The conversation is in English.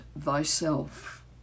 thyself